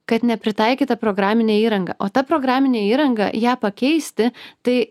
kad nepritaikyta programinė įranga o ta programinė įranga ją pakeisti tai